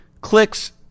clicks